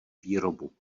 výrobu